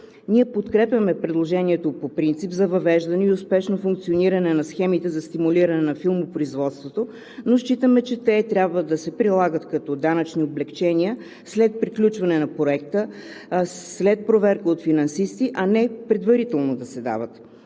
подкрепяме предложението за въвеждане и успешно функциониране на схемите за стимулиране на филмопроизводството, но считаме, че те трябва да се прилагат като данъчни облекчения след приключване на проекта, след проверка от финансисти, а не да се дават